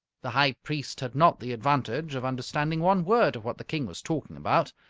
the high priest had not the advantage of understanding one word of what the king was talking about,